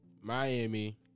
Miami